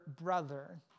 brother